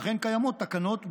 ואכן קיימות תקנות בנושא,